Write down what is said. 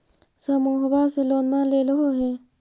समुहवा से लोनवा लेलहो हे?